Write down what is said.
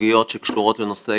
שירות יותר